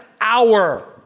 hour